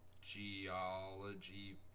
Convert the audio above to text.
geology